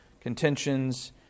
contentions